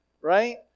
right